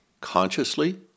consciously